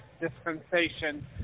dispensation